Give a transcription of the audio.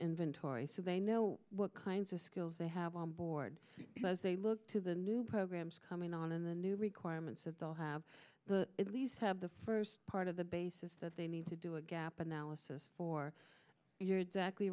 inventory so they know what kinds of skills they have on board because they look to the new programs coming on and the new requirements that they'll have the police have the first part of the basis that they need to do a gap analysis or you're exactly